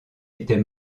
était